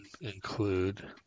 include